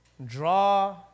Draw